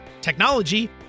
technology